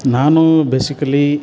ನಾನು ಬೇಸಿಕಲಿ